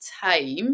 time